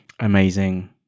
Amazing